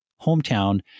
hometown